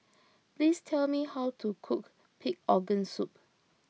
please tell me how to cook Pig Organ Soup